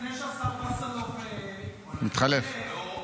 לפני שהשר וסרלאוף עולה,